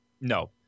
No